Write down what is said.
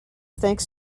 thanks